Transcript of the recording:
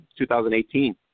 2018